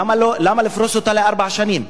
למה לפרוס אותה לארבע שנים?